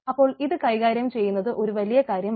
അപ്പോൾ ഇത് കൈകാര്യം ചെയ്യുന്നത് ഒരു വലിയ കാര്യമാണ്